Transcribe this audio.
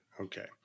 Okay